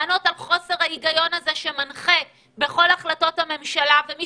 לענות על חוסר ההיגיון שמנחה את כל החלטות הממשלה שמי